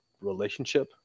relationship